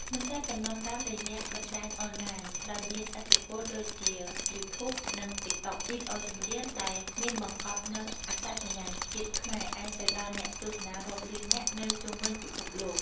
មិនតែប៉ុណ្ណោះ តាមរយៈបណ្ដាញអនឡាញដ៏មានឥទ្ធិពលដូចជា យូធូប និង តិកតុក វីដេអូចម្រៀងដែលមានបង្កប់នូវអត្តសញ្ញាណជាតិខ្មែរអាចទៅដល់អ្នកទស្សនារាប់លាននាក់នៅជុំវិញពិភពលោក។